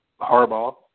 Harbaugh